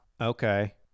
Okay